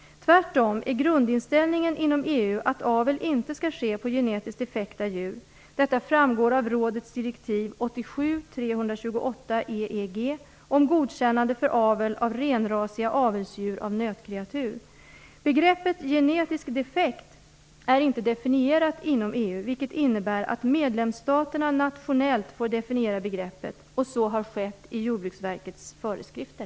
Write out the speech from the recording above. Tvärtom är grundinställningen inom EU att avel inte skall ske på genetiskt defekta djur. Detta framgår av rådets direktiv 87 EEG om godkännande för avel av renrasiga avelsdjur av nötkreatur. Begreppet genetisk defekt är inte definierat inom EU vilket innebär att medlemsstaterna nationellt får definiera begreppet. Så har skett i Jordbruksverkets föreskrifter.